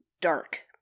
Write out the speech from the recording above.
dark